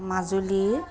Majuli